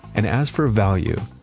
and as for value,